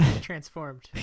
Transformed